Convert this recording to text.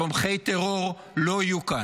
תומכי טרור לא יהיו כאן.